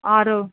ro